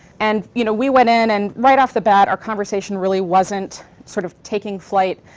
and you know we went in, and right off the bat, our conversation really wasn't sort of taking flight,